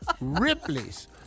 Ripley's